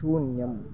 शून्यम्